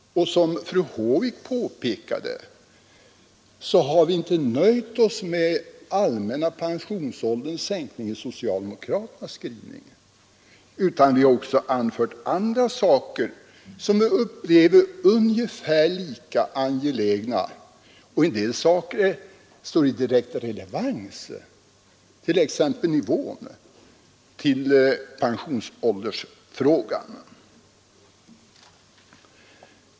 Som fru Håvik påpekade har vi inte nöjt oss med den allmänna pensionsålderns sänkning i socialdemokraternas skrivning, utan vi har också anfört andra saker som vi upplever som ungefär lika angelägna. En del av dem står i direkt relevans — t.ex. pensionsnivån — till pensionsåldersfrågan.